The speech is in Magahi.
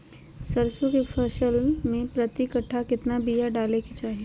सरसों के फसल में प्रति कट्ठा कितना बिया डाले के चाही?